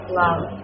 love